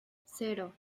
cero